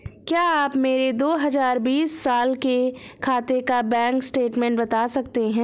क्या आप मेरे दो हजार बीस साल के खाते का बैंक स्टेटमेंट बता सकते हैं?